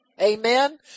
Amen